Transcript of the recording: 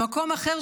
במקום אחר,